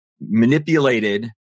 manipulated